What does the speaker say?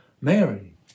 Mary